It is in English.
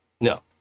No